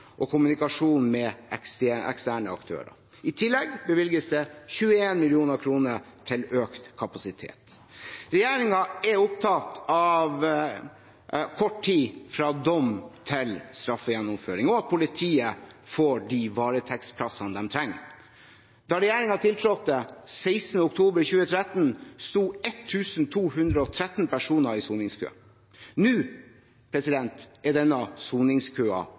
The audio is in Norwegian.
og kommunikasjon med eksterne aktører. I tillegg bevilges det 21 mill. kr til økt kapasitet. Regjeringen er opptatt av kort tid fra dom til straffegjennomføring og at politiet får de varetektsplassene de trenger. Da regjeringen tiltrådte 16. oktober 2013, sto 1 213 personer i soningskø. Nå er denne